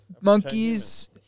monkeys